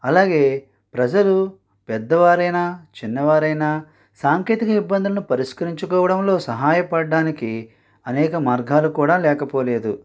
అలాగే ప్రజలు పెద్దవారైనా చిన్నవారైనా సాంకేతిక ఇబ్బందులను పరిష్కరించుకోవడంలో సహాయపడడానికి అనేక మార్గాలు కూడా లేకపోలేదు